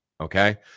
Okay